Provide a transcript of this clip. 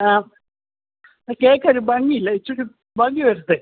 ആ ആ കേൾക്കാൻ ഒരു ഭംഗിയില്ല ഇച്ചിരികൂടി ഭംഗി വരുത്തു